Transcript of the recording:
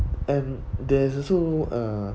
and there's also uh